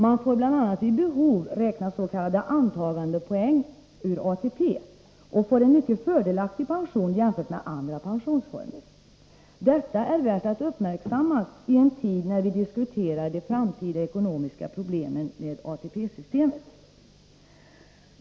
Man får bl.a. vid behov räkna s.k. antagandepoäng ur ATP och får en mycket fördelaktig pension jämfört med andra pensionsformer. Detta är värt att uppmärksammas i en tid när vi diskuterar framtida ekonomiska problem med ATP-systemet.